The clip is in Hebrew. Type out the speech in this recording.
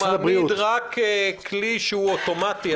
הוא מעמיד רק כלי שהוא אוטומטי.